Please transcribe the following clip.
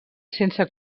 sense